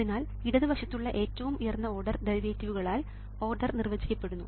അതിനാൽ ഇടത് വശത്തുള്ള ഏറ്റവും ഉയർന്ന ഓർഡർ ഡെറിവേറ്റീവുകളാൽ ഓർഡർ നിർവചിക്കപ്പെടുന്നു